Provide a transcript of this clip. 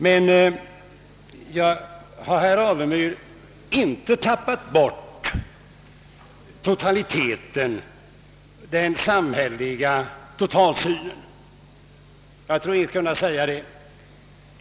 Nej, herr Alemyr, vi har inte tappat bort den samhälleliga totalsynen. Jag tror mig kunna säga det.